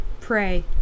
Pray